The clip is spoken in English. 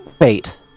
Wait